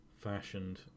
fashioned